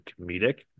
comedic